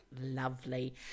Lovely